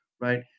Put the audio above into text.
right